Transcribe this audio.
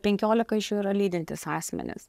penkiolika iš jų yra lydintys asmenys